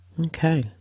Okay